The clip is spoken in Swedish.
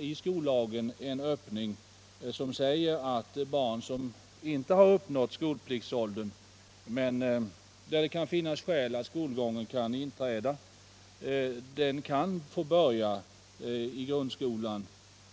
I skollagen finns det dock en öppning I som gör det möjligt för barn som inte uppnått skolpliktsåldern att, om = Sänkt skolpliktsåldet finns skäl härtill, få börja i grundskolan